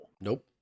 Nope